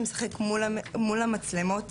שיש מצלמות בבית,